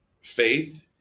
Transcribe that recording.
faith